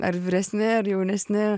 ar vyresni ar jaunesni